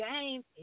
game